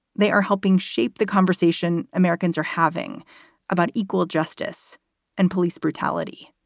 they are helping shape the conversation americans are having about equal justice and police brutality.